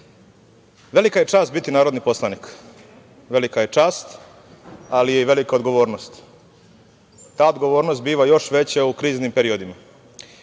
velika je čast biti narodni poslanik, velika je čast ali je i velika odgovornost. Ta odgovornost biva još veća u kriznim periodima. Često